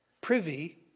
privy